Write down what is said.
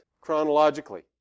Chronologically